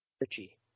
Richie